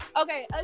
Okay